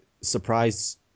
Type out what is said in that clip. surprise